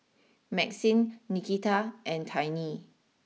Maxine Nikita and Tiny